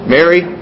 Mary